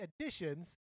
additions